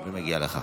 ומגיע לך.